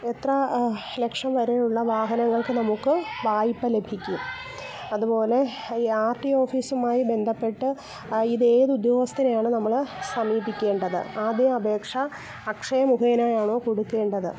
എത്ര ലക്ഷം വരെയുള്ള വാഹനങ്ങൾക്ക് നമുക്ക് വായ്പ ലഭിക്കും അതുപോലെ ഈ ആർ ട്ടി ഓഫീസുമായി ബന്ധപ്പെട്ട് ഇത് ഏത് ഉദ്യോഗസ്ഥരെയാണ് നമ്മള് സമീപിക്കേണ്ടത് ആദ്യ അപേക്ഷ അക്ഷയ മുഖേനയാണോ കൊടുക്കേണ്ടത്